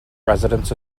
residents